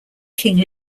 king